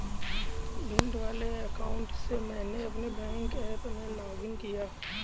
भिंड वाले अकाउंट से मैंने अपने बैंक ऐप में लॉग इन किया